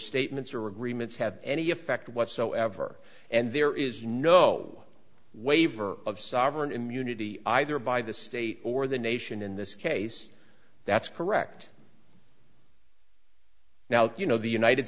statements or agreements have any effect whatsoever and there is no waiver of sovereign immunity either by the state or the nation in this case that's correct now you know the united